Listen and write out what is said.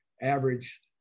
average